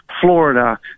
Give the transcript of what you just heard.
Florida